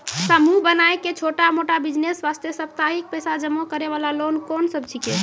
समूह बनाय के छोटा मोटा बिज़नेस वास्ते साप्ताहिक पैसा जमा करे वाला लोन कोंन सब छीके?